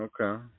Okay